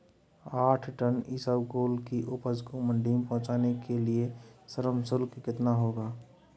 आठ टन इसबगोल की उपज को मंडी पहुंचाने के लिए श्रम शुल्क कितना होगा?